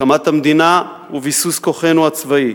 הקמת המדינה וביסוס כוחנו הצבאי,